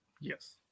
Yes